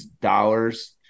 dollars